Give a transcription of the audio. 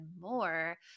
more